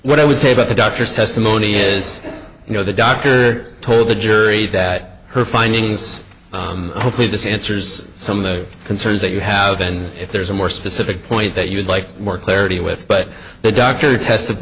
what i would say about the doctor's testimony is you know the doctor told the jury that her findings hopefully this answers some of the concerns that you have and if there's a more specific point that you would like more clarity with but the doctor